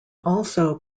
also